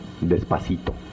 despacito